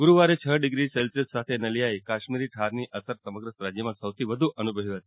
ગુરૂવારે છ degree Celsius સાથે નલિયાએ કાશ્મીરી ઠારની અસર સમગ્ર રાજ્યમાં સૌથી વધુ અનુભવી હતી